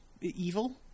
evil